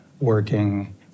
working